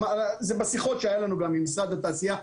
זה בשיחות שהיו לנו עם המשרד התעשייה,